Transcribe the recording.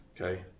Okay